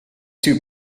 two